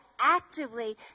actively